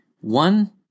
one